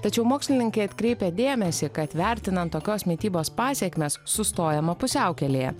tačiau mokslininkai atkreipia dėmesį kad vertinant tokios mitybos pasekmes sustojama pusiaukelėje